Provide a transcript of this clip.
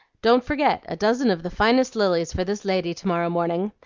don't forget a dozen of the finest lilies for this lady to-morrow morning.